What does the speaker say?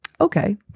okay